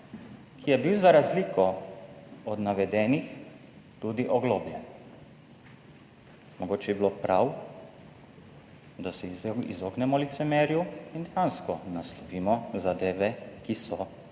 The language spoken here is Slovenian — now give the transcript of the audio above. ki je bil za razliko od navedenih tudi oglobljen. Mogoče bi bilo prav, da se izognemo licemerju in dejansko naslovimo zadeve, ki so